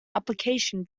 application